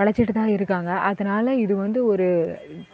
உழைச்சிட்டு தான் இருக்காங்க அதுனால் இது வந்து ஒரு